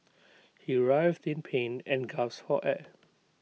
he writhed in pain and gasped for air